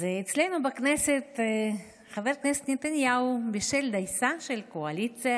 אז אצלנו בכנסת חבר הכנסת נתניהו בישל דייסה של קואליציה